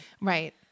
Right